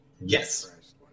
yes